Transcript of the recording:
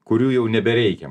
kurių jau nebereikia